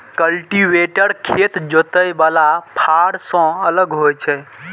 cultivator खेत जोतय बला फाड़ सं अलग होइ छै